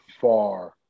far